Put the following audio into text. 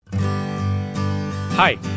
Hi